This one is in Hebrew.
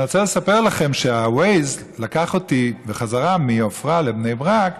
אני רוצה לספר לכם שכש-Waze לקח אותי בחזרה מעפרה לבני ברק,